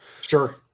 Sure